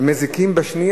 אבל לא נשאר לך זמן.